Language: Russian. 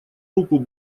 руку